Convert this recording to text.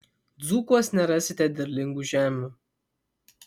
dzūkuos nerasite derlingų žemių